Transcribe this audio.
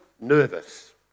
nervous